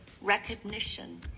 recognition